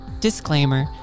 Disclaimer